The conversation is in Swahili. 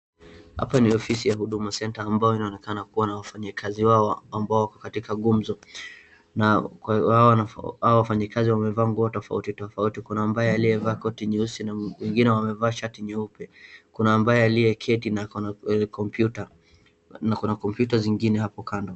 Hapa ni ofisi ya Huduma Center ambayo inaonekana kuwa na wafanyikazi hawa ambao wako katika gumzo, na hawa wafanyikazi wamevaa nguo tofauti tofauti. Kuna ambaye aliyevaa koti nyeusi na wengine wamevaa shati nyeupe. Kuna ambaye aliyeketi na ako na kompyuta, na kuna kompyuta zingine hapo kando.